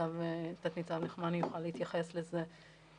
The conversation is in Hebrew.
ותת ניצב נחמני יוכל להתייחס לזה,